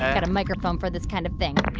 got a microphone for this kind of thing.